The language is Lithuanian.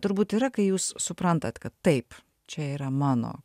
turbūt yra kai jūs suprantat kad taip čia yra mano